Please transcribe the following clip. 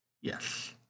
Yes